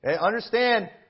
Understand